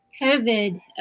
COVID